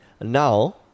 Now